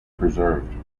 preserved